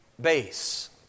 base